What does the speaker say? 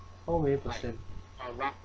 how many per cent